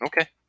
Okay